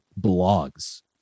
blogs